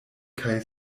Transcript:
kaj